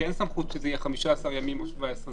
אין סמכות שאלה יהיו 15 ימים או 17 ימים.